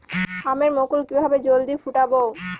আমের মুকুল কিভাবে জলদি ফুটাব?